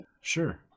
Sure